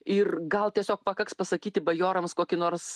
ir gal tiesiog pakaks pasakyti bajorams kokį nors